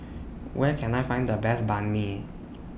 Where Can I Find The Best Banh MI